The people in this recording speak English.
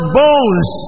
bones